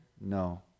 No